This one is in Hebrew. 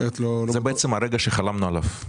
זה הרגע שחלמנו עליו.